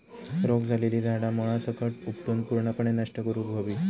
रोग झालेली झाडा मुळासकट उपटून पूर्णपणे नष्ट करुक हवी